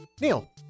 Neil